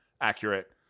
accurate